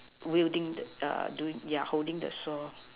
wielding the holding the saw